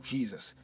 Jesus